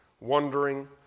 wandering